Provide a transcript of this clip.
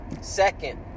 Second